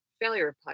failure